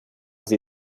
sie